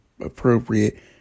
appropriate